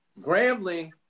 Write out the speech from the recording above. Grambling